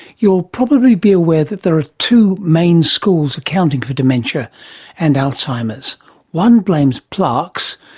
you'll probably be aware that there are two main schools accounting for dementia and alzheimer's one blames plaques,